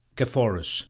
caphaurus,